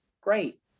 Great